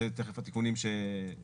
זה תכף התיקונים שהוקראו.